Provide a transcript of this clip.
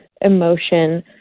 emotion